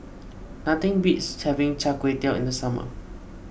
nothing beats having Char Kway Teow in the summer